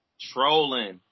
trolling